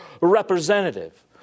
representative